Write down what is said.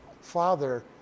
Father